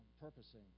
purposing